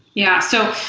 yeah. so,